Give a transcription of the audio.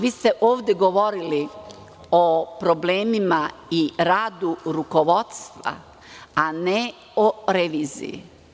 Vi ste ovde govorili o problemima i radu rukovodstva, a ne o reviziji.